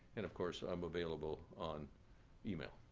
and of course, i'm available on email.